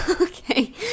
Okay